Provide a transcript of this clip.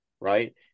right